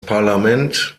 parlament